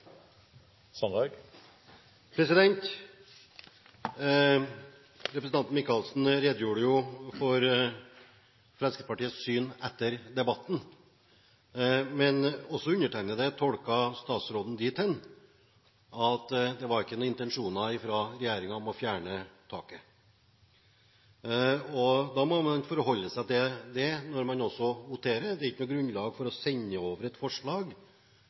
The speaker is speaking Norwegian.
realitetsbehandling. Representanten Michaelsen redegjorde for Fremskrittspartiets syn etter debatten. Men også undertegnede tolket statsråden dit hen at det var ikke noen intensjoner fra regjeringen om å fjerne taket. Da må man forholde seg til det også når man voterer. Det er ikke noe grunnlag for å sende over eller vedlegge protokollen et forslag